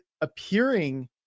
appearing